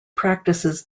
practices